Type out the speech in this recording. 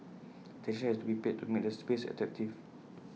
attention has to be paid to make the space attractive